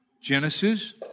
Genesis